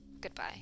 Goodbye